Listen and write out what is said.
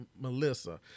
Melissa